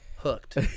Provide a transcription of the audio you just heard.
hooked